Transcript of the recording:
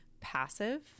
passive